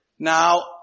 Now